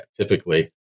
typically